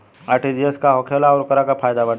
RTGS का होखेला और ओकर का फाइदा बाटे?